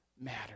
matter